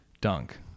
dunk